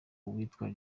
witwa